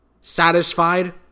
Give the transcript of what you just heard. satisfied